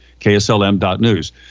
kslm.news